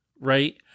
right